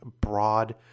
broad